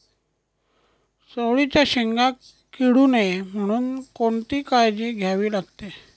चवळीच्या शेंगा किडू नये म्हणून कोणती काळजी घ्यावी लागते?